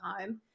home